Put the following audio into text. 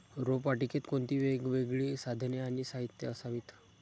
रोपवाटिकेत कोणती वेगवेगळी साधने आणि साहित्य असावीत?